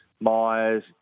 Myers